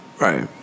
Right